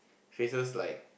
faces like